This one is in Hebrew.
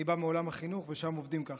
אני בא מעולם החינוך, ושם עובדים ככה.